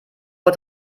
uhr